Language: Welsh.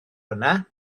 yna